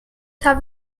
have